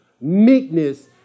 Meekness